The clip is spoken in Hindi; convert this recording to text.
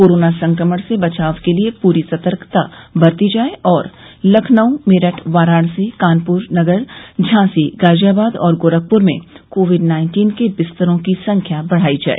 कोरोना संक्रमण से बचाव के लिए पूरी सतर्कता बरती जाय और लखनऊ मेरठ वाराणसी कानपूर नगर झांसी गाजियाबाद और गोरखपुर में कोविड नाइन्टीन के बिस्तरों की संख्या बढ़ाई जाय